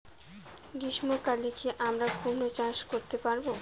গ্রীষ্ম কালে কি আমরা কুমরো চাষ করতে পারবো?